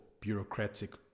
bureaucratic